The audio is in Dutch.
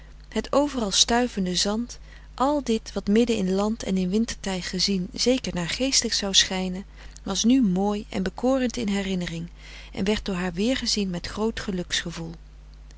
het overal stuivende zand al dit wat midden in land en in wintertij gezien zeker naargeestig zou schijnen was nu mooi en bekorend in herinnering en werd door haar weergezien met groot